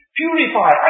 purify